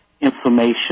information